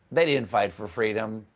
they didn't fight for freedom.